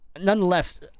Nonetheless